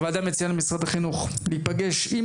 הוועדה מציעה למשרד החינוך להיפגש עם